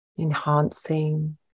Enhancing